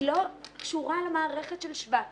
היא לא קשורה למערכת של שבא,